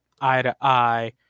eye-to-eye